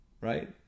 right